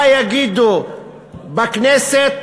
מה יגידו בכנסת